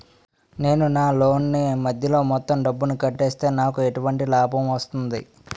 నేను నా లోన్ నీ మధ్యలో మొత్తం డబ్బును కట్టేస్తే నాకు ఎటువంటి లాభం వస్తుంది?